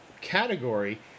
category